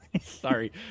sorry